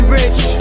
rich